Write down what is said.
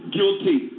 Guilty